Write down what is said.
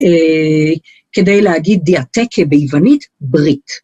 כדי להגיד דיאטקה ביוונית - ברית.